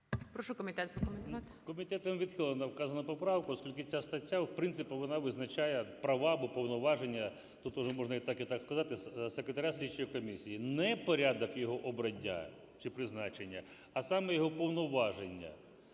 Прошу комітет прокоментувати.